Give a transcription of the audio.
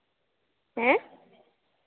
ᱦᱮᱸ